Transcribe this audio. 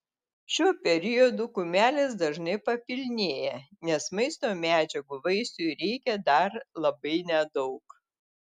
šiuo periodu kumelės dažnai papilnėja nes maisto medžiagų vaisiui reikia dar labai nedaug